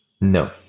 no